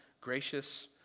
gracious